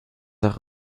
auch